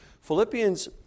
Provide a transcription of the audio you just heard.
Philippians